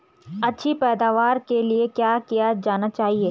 अच्छी पैदावार के लिए क्या किया जाना चाहिए?